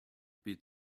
beat